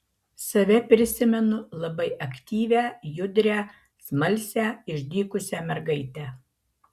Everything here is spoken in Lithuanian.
save prisimenu labai aktyvią judrią smalsią išdykusią mergaitę